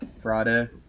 Friday